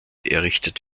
errichtet